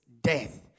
death